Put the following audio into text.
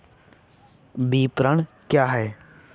विपणन क्या है?